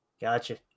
gotcha